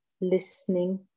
listening